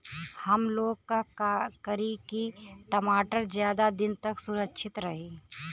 हमलोग का करी की टमाटर ज्यादा दिन तक सुरक्षित रही?